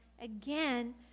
again